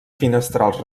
finestrals